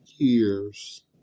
years